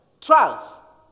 Trials